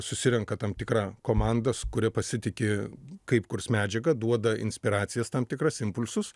susirenka tam tikrą komandą su kuria pasitiki kaip kurs medžiagą duoda inspiracijas tam tikras impulsus